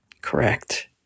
Correct